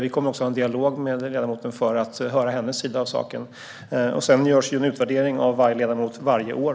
Vi kommer att ha en dialog med ledamoten för att höra hennes sida av saken. Det görs dessutom en utvärdering av alla ledamöter varje år.